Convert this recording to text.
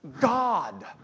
God